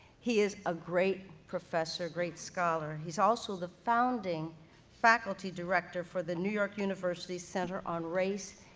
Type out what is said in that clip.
he is a great professor, great scholar. he's also the founding faculty director for the new york university center on race,